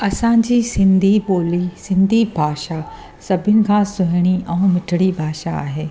असांजी सिंधी ॿोली सिंधी भाषा सभिनि खां सुहिणी ऐं मिठड़ी भाषा आहे